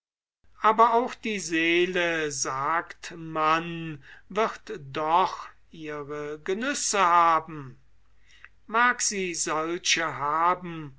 aber auch die seele sagt man wird doch ihre genüsse haben mag sie solche haben